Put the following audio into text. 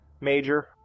major